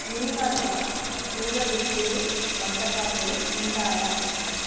మీ వద్ద పూల గుత్తులు వంటపాత్రలు ఉంటాయా